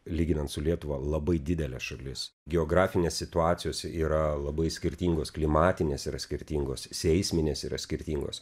lyginant su lietuva labai didelė šalis geografinės situacijos yra labai skirtingos klimatinės yra skirtingos seisminės yra skirtingos